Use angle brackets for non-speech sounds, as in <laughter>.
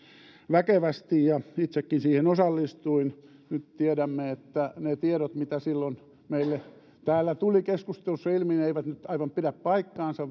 väkevästi ja itsekin siihen osallistuin nyt tiedämme että ne tiedot mitä silloin meille täällä tuli keskustelussa ilmi eivät aivan pidä paikkaansa <unintelligible>